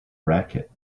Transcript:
racket